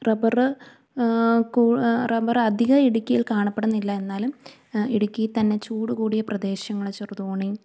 rubber കു rubber അധികം കാണപ്പെടുന്നില്ല എന്നാലും ഇടുക്കിയിൽ തന്നെ ചൂട് കൂടിയ പ്രദേശങ്ങള് ചെറുതോണി